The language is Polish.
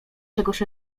czegoś